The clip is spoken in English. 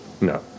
No